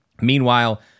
Meanwhile